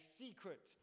secret